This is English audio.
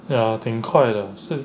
ya 挺快的是